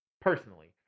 personally